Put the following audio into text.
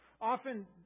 Often